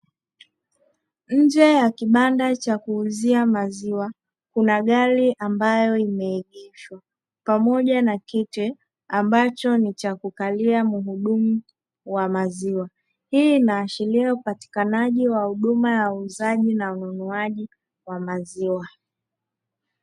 Nje ya kibanda cha kuuzia maziwa kuna gari ambayo imeegeshwa pamoja na kiti ambacho ni cha kukalia muhudumu wa maziwa. Hii inaashiria upatikanaji wa huduma ya uuzaji na ununuaji wa maziwa.